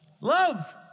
Love